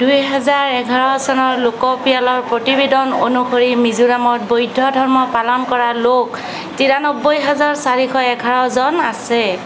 দুহেজাৰ এঘাৰ চনৰ লোকপিয়লৰ প্ৰতিবেদন অনুসৰি মিজোৰামত বৌদ্ধ ধৰ্ম পালন কৰা লোক তিৰানব্বৈ হাজাৰ চাৰিশ এঘাৰজন আছে